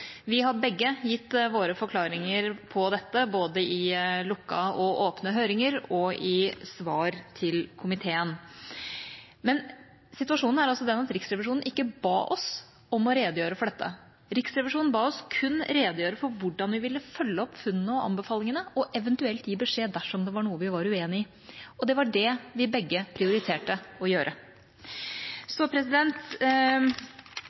Vi har begge gitt våre forklaringer på dette, både i lukkede og åpne høringer og i svar til komiteen. Men situasjonen er altså den at Riksrevisjonen ikke ba oss om å redegjøre for dette. Riksrevisjonen ba oss kun redegjøre for hvordan vi ville følge opp funnene og anbefalingene, og eventuelt gi beskjed dersom det var noe vi var uenig i. Og det var det vi begge prioriterte å gjøre.